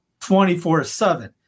24-7